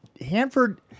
Hanford